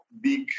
big